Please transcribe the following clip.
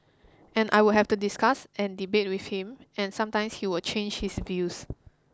and I would have to discuss and debate with him and sometimes he would change his views